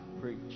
preach